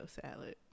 salad